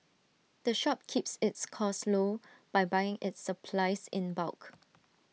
the shop keeps its costs low by buying its supplies in bulk